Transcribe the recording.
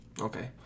Okay